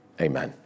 Amen